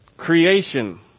Creation